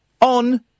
on